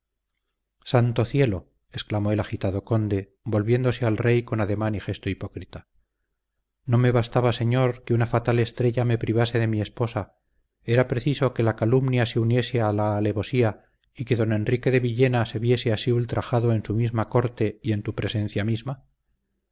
santo cielo exclamó el agitado conde volviéndose al rey con ademán y gesto hipócrita no me bastaba señor que una fatal estrella me privase de mi esposa era preciso que la calumnia se uniese a la alevosía y que don enrique de villena se viese así ultrajado en tu misma corte y en tu presencia misma